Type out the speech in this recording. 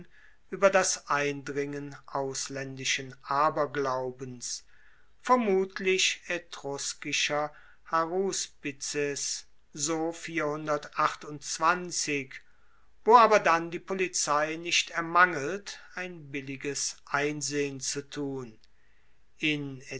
ueber das eindringen auslaendischen aberglaubens vermutlich etruskischer haruspizes wo aber dann die polizei nicht ermangelt ein billiges einsehen zu tun in